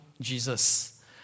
Jesus